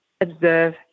observe